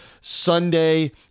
Sunday